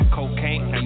Cocaine